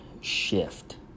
shift